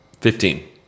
fifteen